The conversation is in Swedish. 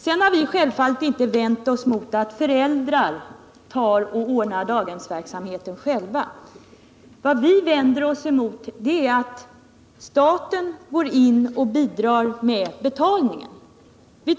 Vi har självfallet ingenting emot att föräldrar själva ordnar sin daghemsverksamhet, utan vad vi vänder oss emot är att staten går in och bidrar till betalningen för detta.